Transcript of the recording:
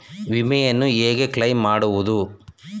ವಿಮೆಯನ್ನು ಹೇಗೆ ಕ್ಲೈಮ್ ಮಾಡುವುದು?